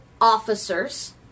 officers